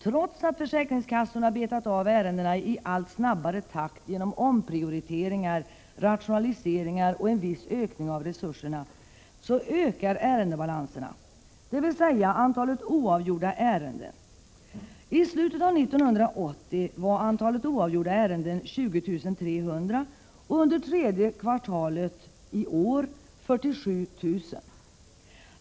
Trots att försäkringskassorna betat av ärendena i allt snabbare takt genom omprioriteringar, rationaliseringar och en viss ökning av resurserna ökar ärendebalanserna, dvs. antalet oavgjorda ärenden. I slutet av 1980 var antalet oavgjorda ärenden 20 300 och under tredje kvartalet i år 47 000.